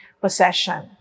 possession